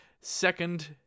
second